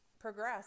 progress